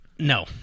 No